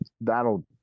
that'll